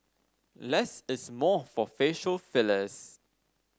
less is more for facial fillers